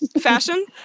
Fashion